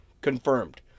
confirmed